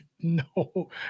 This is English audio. No